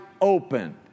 opened